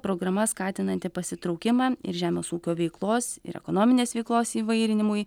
programa skatinanti pasitraukimą ir žemės ūkio veiklos ir ekonominės veiklos įvairinimui